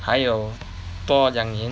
还有多两年